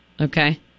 Okay